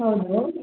ಹೌದು